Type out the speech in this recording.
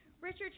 richard